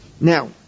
Now